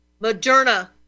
Moderna